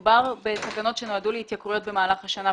מדובר בתקנות שנועדו להתייקרויות במהלך השנה,